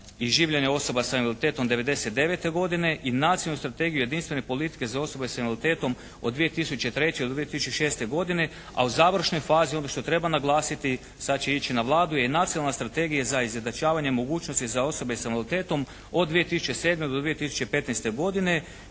i življenja osoba sa invaliditetom '99. godine i Nacionalnu strategiju jedinstvene politike za osobe sa invaliditetom od 2003. do 2006. godine, a u završnoj fazi, ono što treba naglasiti sad će ići na Vladu je Nacionalna strategija za izjednačavanje mogućnosti za osobe sa invaliditetom od 2007. do 2015. godine